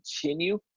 continue